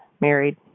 Married